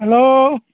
hello